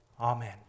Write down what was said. Amen